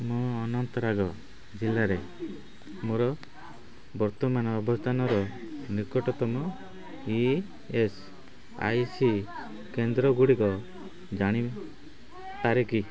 ମୁଁ ଅନନ୍ତନାଗ ଜିଲ୍ଲାରେ ମୋର ବର୍ତ୍ତମାନର ଅବସ୍ଥାନର ନିକଟତମ ଇ ଏସ୍ ଆଇ ସି କେନ୍ଦ୍ରଗୁଡ଼ିକ ଜାଣିପାରେ କି